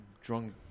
drunk